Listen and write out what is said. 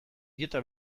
dieta